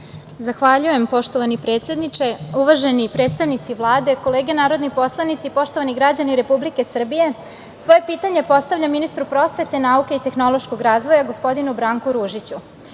Zahvaljujem, poštovani predsedniče. Uvaženi predstavnici Vlade, kolege narodni poslanici, poštovani građani Republike Srbije, svoje pitanje postavljam ministru prosvete, nauke i tehnološkog razvoja, gospodinu Branku Ružiću.S